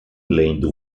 lendo